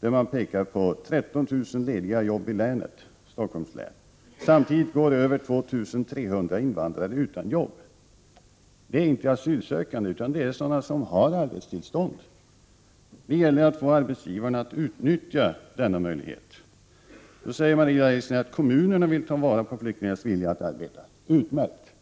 där man pekar på 13 000 lediga jobb i Stockholms län samtidigt som över 2 300 invandrare går utan jobb — och de är inte asylsökande utan sådana som har arbetstillstånd. Det gäller att få arbetsgivarna att utnyttja denna möjlighet. Kommunerna vill ta vara på flyktingarnas vilja att arbeta, säger Maria Leissner. Utmärkt!